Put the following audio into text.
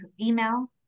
email